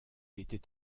était